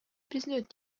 признает